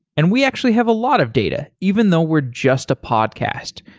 and we actually have a lot of data, even though we're just a podcast.